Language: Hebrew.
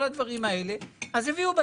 כל הדברים האלה אז הביאו את המידע